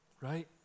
right